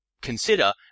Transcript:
consider